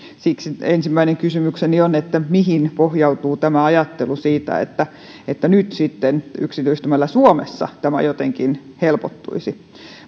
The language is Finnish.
siksi ensimmäinen kysymykseni on mihin pohjautuu tämä ajattelu että että nyt sitten yksityistämällä suomessa tämä jotenkin helpottuisi